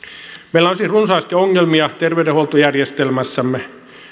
on siis runsaasti ongelmia terveydenhuoltojärjestelmässämme